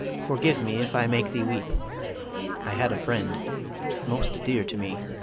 forgive me if i make thee weep i had a friend most dear to me.